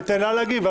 אתן לה להגיב,